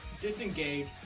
disengage